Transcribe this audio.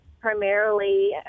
primarily